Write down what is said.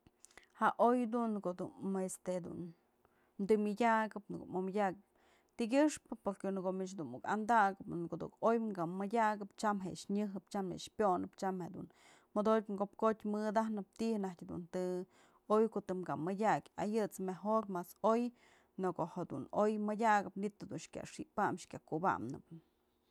Ja oy dun në ko'o dun este dun tëy mëdyakëp, në ko'o omyëdyak tikyëxpë në ko'o m ich dunmuk andakëp onë ko'o dun oy kë mëdyakëp tyam je nyëjëp tyam je pyonëp tyam jedun jodotyë kopkotyë mëdajnëp ti'i najtyë dun të oy ko'o tëm kë mëdyakë a yët's mas oy në ko'o jedun oy mëdyakëp manytë jedun kya xip pam kyä kubam nëp.